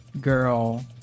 Girl